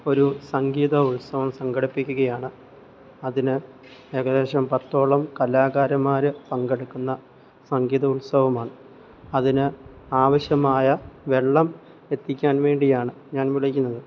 ഒരു സംഗീത ഉത്സവം സംഘടിപ്പിക്കുകയാണ് അതിന് ഏകദേശം പത്തോളം കലാകാരൻമാർ പങ്കെടുക്കുന്ന സംഗീതോത്സവമാണ് അതിന് ആവശ്യമായ വെള്ളം എത്തിക്കാൻ വേണ്ടിയാണ് ഞാൻ വിളിക്കുന്നത്